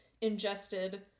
ingested